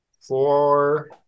four